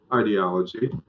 ideology